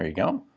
ah go.